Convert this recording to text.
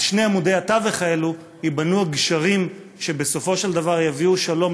על שני עמודי התווך האלה ייבנו הגשרים שבסופו של דבר יביאו שלום,